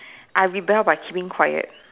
I rebel by keeping quiet